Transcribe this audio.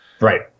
right